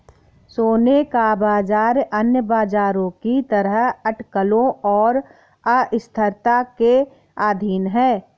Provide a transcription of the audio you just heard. सोने का बाजार अन्य बाजारों की तरह अटकलों और अस्थिरता के अधीन है